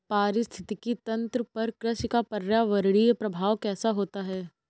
पारिस्थितिकी तंत्र पर कृषि का पर्यावरणीय प्रभाव कैसा होता है?